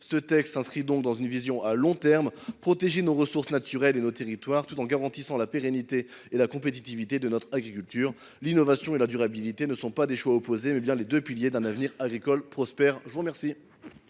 Ce texte s’inscrit donc dans une vision à long terme : protéger nos ressources naturelles et nos territoires tout en garantissant la pérennité et la compétitivité de notre agriculture. L’innovation et la durabilité sont non pas des choix opposés, mais bien les deux piliers d’un avenir agricole prospère. Les deux